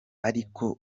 ariko